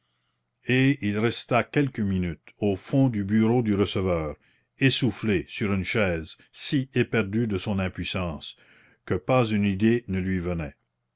et il resta quelques minutes au fond du bureau du receveur essoufflé sur une chaise si éperdu de son impuissance que pas une idée ne lui venait